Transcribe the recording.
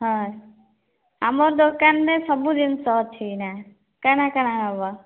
ହଁ ଆମ ଦୋକାନରେ ସବୁ ଜିନିଷ ଅଛି ଏଇନା କାଣା କାଣା ନେବ